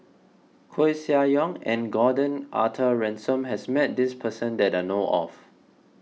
Koeh Sia Yong and Gordon Arthur Ransome has met this person that I know of